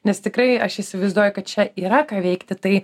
nes tikrai aš įsivaizduoju kad čia yra ką veikti tai